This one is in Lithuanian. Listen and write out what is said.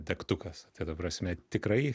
degtukas tai ta prasme tikrai